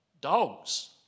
dogs